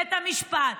בבית המשפט,